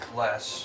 less